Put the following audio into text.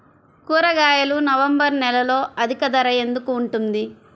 కూరగాయలు నవంబర్ నెలలో అధిక ధర ఎందుకు ఉంటుంది?